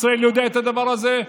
ישראל יודע את הדבר הזה.